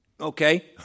Okay